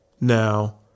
Now